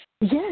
Yes